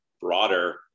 broader